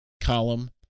column